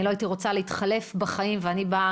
אני לא הייתי רוצה להתחלף בחיים עם הוועדה.